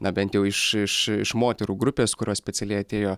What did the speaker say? na bent jau iš iš iš moterų grupės kurios specialiai atėjo